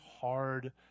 hard